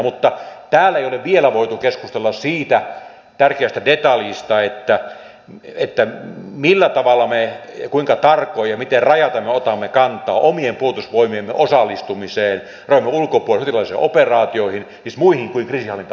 mutta täällä ei ole vielä voitu keskustella siitä tärkeästä detaljista millä tavalla kuinka tarkoin ja miten rajaten me otamme kantaa omien puolustusvoimiemme osallistumiseen rajojemme ulkopuolella sotilaallisiin operaatioihin siis muihin kuin kriisinhallintaoperaatioihin